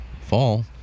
fall